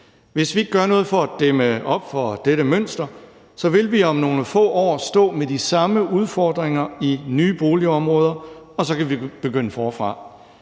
Hvis vi ikke gør noget for at dæmme op for dette mønster, vil vi om nogle få år stå med de samme udfordringer i nye boligområder, og så kan vi begynde forfra.